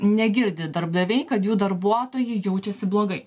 negirdi darbdaviai kad jų darbuotojai jaučiasi blogai